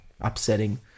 upsetting